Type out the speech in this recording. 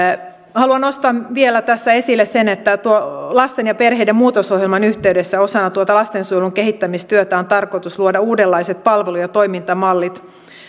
haluan nostaa tässä esille vielä sen että lasten ja perheiden muutosohjelman yhteydessä osana lastensuojelun kehittämistyötä on tarkoitus luoda uudenlaiset palvelu ja toimintamallit